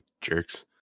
Jerks